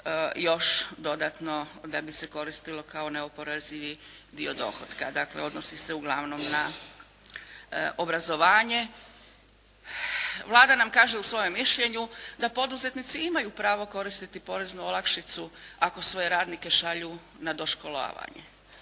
još dodatno da bi se koristilo kao neoporezivi dio dohotka. Dakle, odnosi se uglavnom na obrazovanje. Vlada nam kaže u svojem mišljenju da poduzetnici imaju pravo koristiti poreznu olakšicu ako svoje radnike šalju na doškolovanje.